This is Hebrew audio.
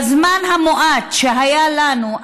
בזמן המועט שהיה לנו,